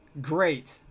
Great